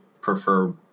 prefer